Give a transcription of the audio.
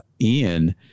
Ian